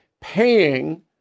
paying